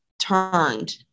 turned